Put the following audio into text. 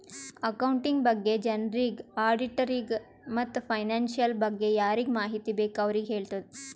accounting ಬಗ್ಗೆ ಜನರಿಗ್, ಆಡಿಟ್ಟರಿಗ ಮತ್ತ್ ಫೈನಾನ್ಸಿಯಲ್ ಬಗ್ಗೆ ಯಾರಿಗ್ ಮಾಹಿತಿ ಬೇಕ್ ಅವ್ರಿಗ ಹೆಳ್ತುದ್